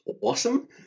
Awesome